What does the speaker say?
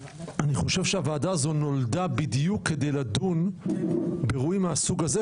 הוועדה הזאת נולדה בדיוק כדי לדון באירועים מהסוג הזה,